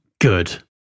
good